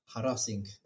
harassing